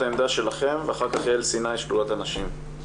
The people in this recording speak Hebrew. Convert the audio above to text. העמדה שלכם ואחר כך יעל סיני משדולת הנשים.